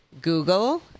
google